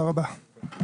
הישיבה ננעלה בשעה